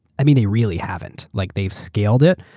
i mean they really haven't, like they've scaled it,